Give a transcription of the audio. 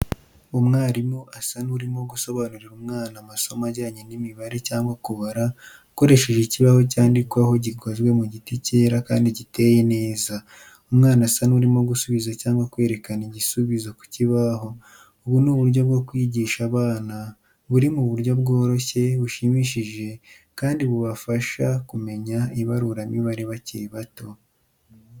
Umwarimu asa n'urimo gusobanurira umwana amasomo ajyanye n'imibare cyangwa kubara, akoresheje ikibazo cyandikaho gikozwe mu giti cyera kandi giteye neza. Umwana asa n'urimo gusubiza cyangwa kwerekana igisubizo ku kibaho. Ubu nuburyo bwo kwigisha abana bari mu buryo bworoshye, bushimishije kandi bubafasha kumenya ibaruramibare bakiri bato.